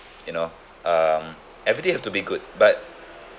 you know um everything have to be good but